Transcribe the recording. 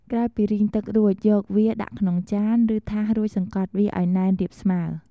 ក្រោយពីរីងទឹក រួចយកវាដាក់ក្នុងចាន ឬថាសរួចសង្កត់វាឱ្យណែនរាបស្មើរ។